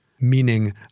meaning